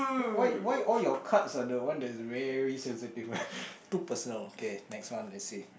why why all your cards are the one that is very sensitive one too personal